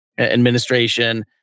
administration